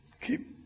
Keep